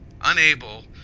unable